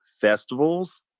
festivals